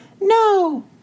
No